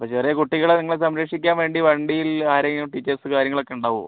അപ്പോൾ ചെറിയ കുട്ടികളെ നിങ്ങൾ സംരക്ഷിക്കാൻ വേണ്ടി വണ്ടിയിൽ ആരെങ്കിലും ടീച്ചേഴ്സ് കാര്യങ്ങളൊക്കെ ഉണ്ടാകുമോ